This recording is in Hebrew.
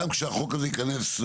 גם כשהחוק הזה ייכנס,